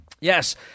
yes